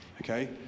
Okay